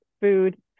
food